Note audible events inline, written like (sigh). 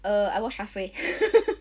err I watched halfway (laughs)